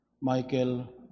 Michael